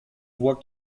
voit